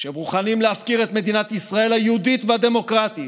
שמוכנים להפקיר את מדינת ישראל היהודית והדמוקרטית